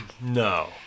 No